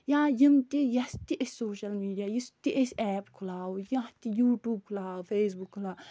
یا یِم تہِ یَس تہِ أسۍ سوشَل میٖڈِیا یُس تہِ أسۍ ایپ کھُلاوو یا تہِ یوٗٹیوٗب کھُلاو فیس بُک کھُلاو